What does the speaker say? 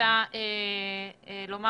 רוצה לומר